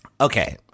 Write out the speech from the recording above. Okay